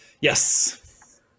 yes